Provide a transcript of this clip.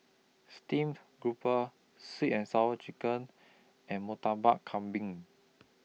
Steamed Grouper Sweet and Sour Chicken and Murtabak Kambing